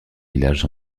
villages